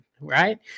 Right